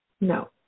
No